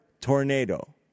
tornado